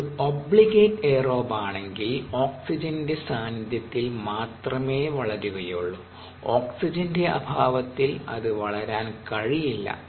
അത് ഒരു ഒബ്ലിഗേറ്റ് എയറോബാണെങ്കിൽ ഓക്സിജന്റെ സാന്നിധ്യത്തിൽ മാത്രമേ വളരുകയുള്ളൂ ഓക്സിജന്റെ അഭാവത്തിൽ അത് വളരാൻ കഴിയില്ല